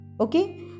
okay